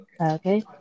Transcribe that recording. Okay